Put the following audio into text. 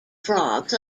frogs